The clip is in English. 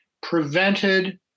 prevented